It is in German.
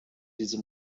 diese